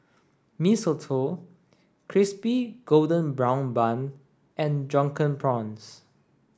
Mee Soto crispy golden brown bun and drunken prawns